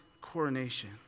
coronation